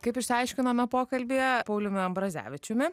kaip išsiaiškinome pokalbyje pauliumi ambrazevičiumi